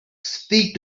speak